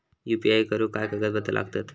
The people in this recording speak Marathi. यू.पी.आय करुक काय कागदपत्रा लागतत?